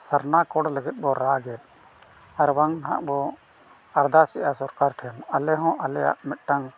ᱥᱟᱨᱱᱟ code ᱞᱟᱹᱜᱤᱫ ᱵᱚᱱ ᱨᱟᱜᱮᱫ ᱟᱨ ᱵᱟᱝ ᱱᱟᱜ ᱵᱚᱱ ᱟᱨᱫᱟᱥᱮᱜᱼᱟ ᱥᱚᱨᱠᱟᱨ ᱴᱷᱮᱱ ᱟᱞᱮ ᱦᱚᱸ ᱟᱞᱮᱭᱟᱜ ᱢᱤᱫᱴᱟᱝ